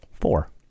Four